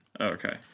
Okay